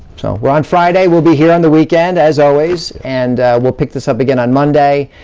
so, well on friday, we'll be here on the weekend, as always. and we'll pick this up again on monday.